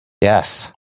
Yes